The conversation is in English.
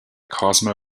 cosmo